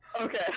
Okay